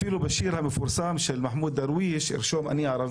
אפילו בשיר המפורסם של מחמוד דרוויש 'תרשום!